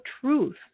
truth